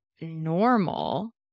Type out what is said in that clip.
normal